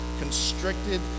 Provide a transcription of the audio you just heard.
constricted